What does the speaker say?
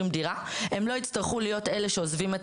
הם לא הצטרכו להיות אלה שעוברים דירה,